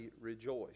rejoice